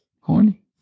Corny